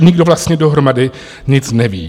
Nikdo vlastně dohromady nic neví.